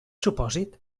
supòsit